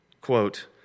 quote